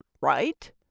right